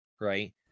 Right